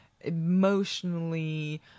emotionally